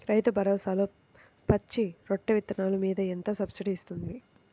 రైతు భరోసాలో పచ్చి రొట్టె విత్తనాలు మీద ఎంత సబ్సిడీ ఇస్తుంది?